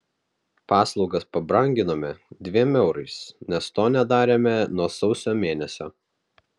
paslaugas pabranginome dviem eurais nes to nedarėme nuo sausio mėnesio